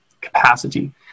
capacity